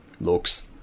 looks